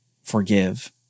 Forgive